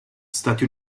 stati